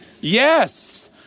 Yes